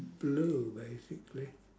blue basically